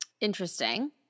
Interesting